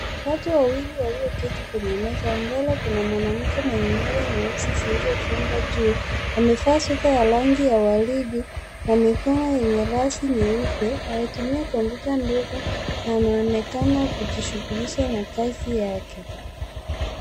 Watu wawili walioketi kwenye meza. Mbele kuna mwanamke mwenye nywele nyeusi zilizo fungwa juu, amevaa sweta ya rangi ya waridi na mikono yenye rangi meupe. Anatumia kompyuta ndogo na anaonekana kujishughulisha na kazi yake.